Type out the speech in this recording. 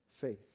faith